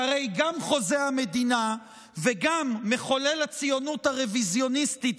שהרי גם חוזה המדינה וגם מחולל הציונות הרוויזיוניסטית